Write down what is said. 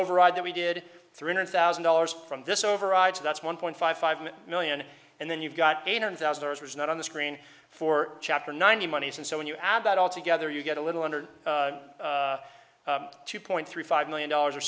overawed that we did three hundred thousand dollars from this overrides that's one point five five million and then you've got eight hundred thousand dollars was not on the screen for chapter nineteen moneys and so when you add that all together you get a little under two point three five million dollars or